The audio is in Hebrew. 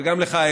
וגם לך,